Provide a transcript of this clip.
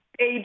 Age